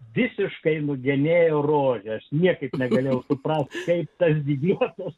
visiškai nugenėjo roges niekaip negalėjau suprasti kaip ta vidinė paklausa